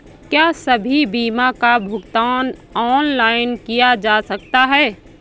क्या सभी बीमा का भुगतान ऑनलाइन किया जा सकता है?